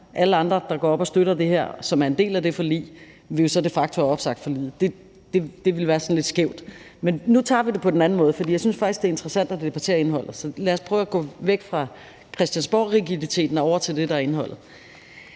alle andre, der går op og støtter det her, og som er en del af det forlig, jo så de facto vil have opsagt forliget. Det ville være sådan lidt skævt. Men nu tager vi det på den anden måde, for jeg synes faktisk, det er interessant at debattere indholdet, så lad os prøve at gå væk fra christiansborgrigiditeten og over til det, der er indholdet.